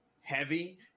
heavy